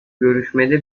görüşmede